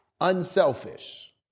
unselfish